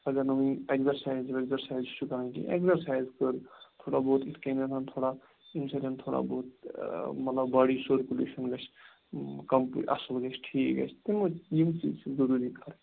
اَگر نہٕ ؤنۍ اٮ۪کزَرسایِز ویٚکزَرسایِز چھُ کران کِہیٖںۍ اٮ۪کزَرسایِز کٔر تھوڑا بہت اِتھ کَنیٚتھ تھوڑا أمۍ سۭتۍ تھوڑا بہت باڑی سٕرکُلیشَن گژھِ کَم اَصٕل گژھِ ٹھیٖک گژھِ یِم چیٖز چھِ ضُروٗری کَرٕنۍ